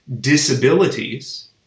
disabilities